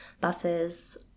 buses